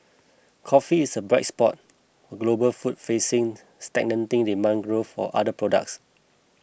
coffee is a bright spot for global food facing stagnating demand growth for other products